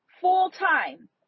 full-time